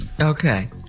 Okay